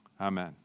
amen